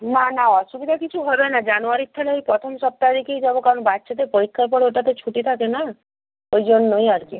না না অসুবিধা কিছু হবে না জানুয়ারির তাহলে ওই প্রথম সপ্তাহ দিকেই যাব কারণ বাচ্চাদের পরীক্ষার পর ওটাতে ছুটি থাকে না ওই জন্যই আর কি